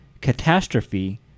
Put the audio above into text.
Catastrophe